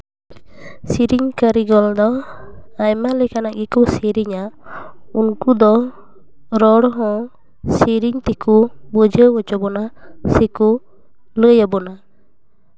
ᱥᱮᱨᱮᱧ ᱠᱟᱹᱨᱤᱜᱚᱞ ᱫᱚ ᱟᱭᱢᱟ ᱞᱮᱠᱟᱱᱟᱜ ᱜᱮᱠᱚ ᱥᱮᱨᱮᱧᱟ ᱩᱱᱠᱩ ᱫᱚ ᱨᱚᱲ ᱦᱚᱸ ᱥᱮᱨᱮᱧ ᱛᱮᱠᱚ ᱵᱩᱡᱷᱟᱹᱣ ᱦᱚᱪᱚ ᱵᱚᱱᱟ ᱥᱮᱠᱚ ᱞᱟᱹᱭ ᱟᱵᱚᱱᱟ